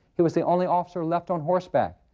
he was the only officer left on horseback.